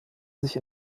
sich